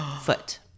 foot